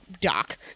doc